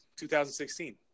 2016